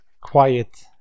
quiet